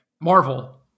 Marvel